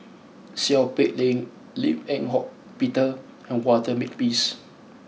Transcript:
Seow Peck Leng Lim Eng Hock Peter and Walter Makepeace